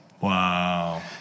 Wow